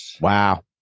Wow